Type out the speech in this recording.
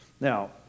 Now